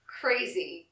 crazy